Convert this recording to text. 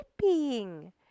sleeping